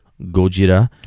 Gojira